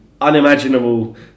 unimaginable